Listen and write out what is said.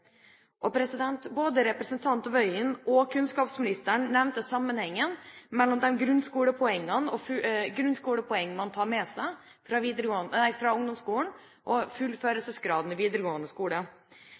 og mangfoldig i Norge. Både representanten Tingelstad Wøien og kunnskapsministeren nevnte sammenhengen mellom grunnskolepoengene man tar med seg fra